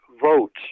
votes